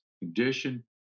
condition